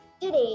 Today